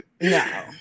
No